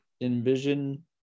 envision